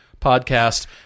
podcast